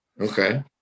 okay